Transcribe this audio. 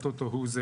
הטוטו הוא זה